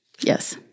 Yes